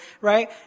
right